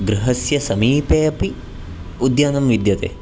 गृहस्य समीपेऽपि उद्यानं विद्यते